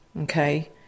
okay